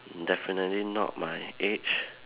definitely not my age